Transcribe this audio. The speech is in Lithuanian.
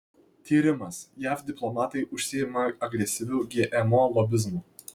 tyrimas jav diplomatai užsiima agresyviu gmo lobizmu